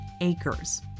acres